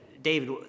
David